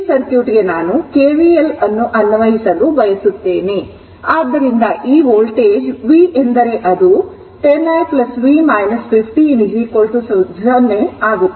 ಈ ಸರ್ಕ್ಯೂಟ್ಗೆ ನಾನು KVL ಅನ್ನು ಅನ್ವಯಿಸಲು ಬಯಸುತ್ತೇನೆ ಆದ್ದರಿಂದ ಈ ವೋಲ್ಟೇಜ್ V ಎಂದರೆ ಅದು 10 i v 15 0 ಆಗುತ್ತದೆ